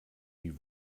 die